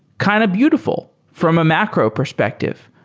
kind of beautiful from a macro perspective.